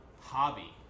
hobby